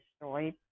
destroyed